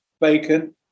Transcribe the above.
Bacon